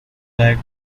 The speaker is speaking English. like